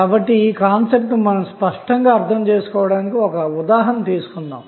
కాబట్టి ఈ భావనను స్పష్టంగా అర్థం చేసుకోవడానికి ఒకఉదాహరణనుతీసుకుందాం